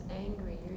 angry